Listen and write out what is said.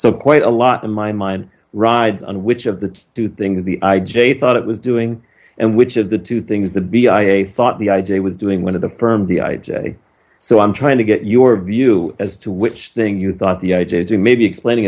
so quite a lot in my mind rides on which of the two things the i j a thought it was doing and which of the two things the b i i thought the idea was doing one of the firm the i j a so i'm trying to get your view as to which thing you thought the ages you may be explaining